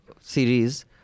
series